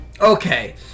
Okay